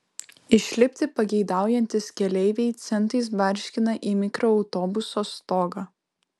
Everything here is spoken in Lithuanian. išlipti pageidaujantys keleiviai centais barškina į mikroautobuso stogą